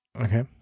Okay